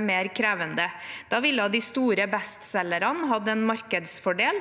mer krevende. Da ville de store bestselgerne hatt en markedsfordel.